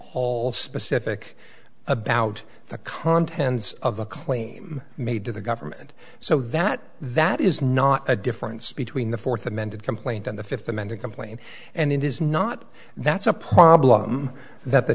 whole specific about the contents of the claim made to the government so that that is not a difference between the fourth amended complaint and the fifth amended complaint and it is not that's a problem that the